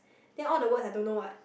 then all the words I don't know what